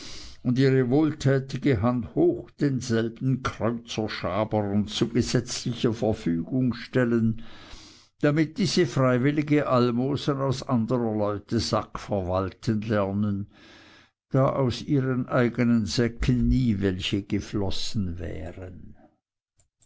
und ihre wohltätige hand hochdenselben kreuzerschabern zu gesetzlicher verfügung stellen damit diese freiwillige almosen aus anderer leute sack verwalten lernen da aus ihren eigenen säcken nie welche geflossen wären